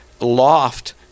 loft